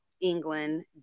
England